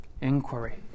inquiry